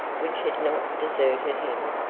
which had not deserted him.